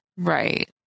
right